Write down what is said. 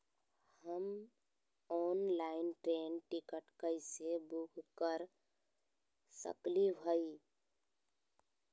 हम online train ticket कैसे book कर सकली हई?